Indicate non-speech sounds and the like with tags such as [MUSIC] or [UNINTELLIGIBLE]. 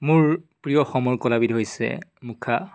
মোৰ প্ৰিয় [UNINTELLIGIBLE] কলাবিধ হৈছে মুখা